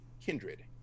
kindred